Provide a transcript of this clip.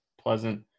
Pleasant